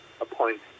appoint